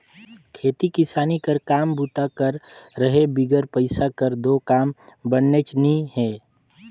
खेती किसानी कर काम बूता कर रहें बिगर पइसा कर दो काम बननेच नी हे